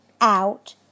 out